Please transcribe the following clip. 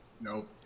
Nope